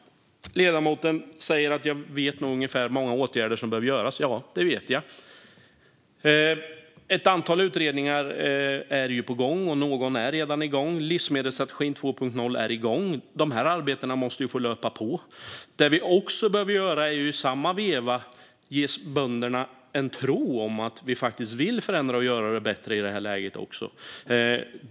Ledamoten säger att jag nog vet många åtgärder som behöver vidtas. Ja, det gör jag. Ett antal utredningar är på gång, och någon är redan igång. Livsmedelsstrategin 2.0 är igång. Dessa arbeten måste få löpa på. Det som vi också behöver göra är att ge bönderna en tro på att vi faktiskt vill förändra och göra det bättre i detta läge.